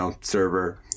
server